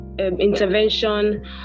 intervention